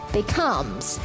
becomes